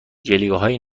جلیقههای